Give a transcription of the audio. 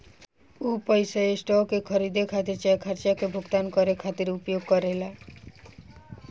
उ पइसा स्टॉक के खरीदे खातिर चाहे खर्चा के भुगतान करे खातिर उपयोग करेला